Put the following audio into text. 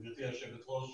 גברתי היושבת-ראש,